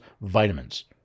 vitamins